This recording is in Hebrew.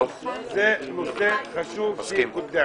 זה נושא חשוב שיקודם.